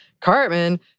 Cartman